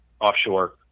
offshore